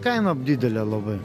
kaina didelė labai